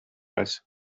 als